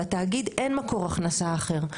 לתאגיד אין מקור הכנסה אחר.